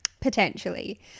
Potentially